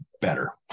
better